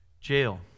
jail